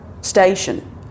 station